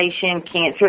cancer